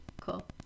Cool